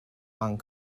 hong